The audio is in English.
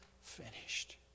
finished